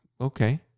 Okay